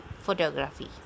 photography